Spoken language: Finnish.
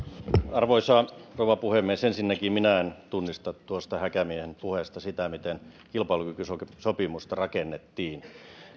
arvoisa rouva puhemies ensinnäkään minä en tunnista tuosta häkämiehen puheesta sitä miten kilpailukykysopimusta rakennettiin